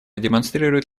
демонстрируют